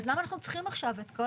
אז למה אנחנו צריכים עכשיו את כל